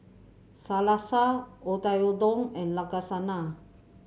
Salsa Oyakodon and Lasagna